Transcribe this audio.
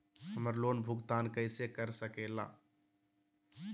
हम्मर लोन भुगतान कैसे कर सके ला?